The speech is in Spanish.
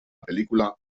película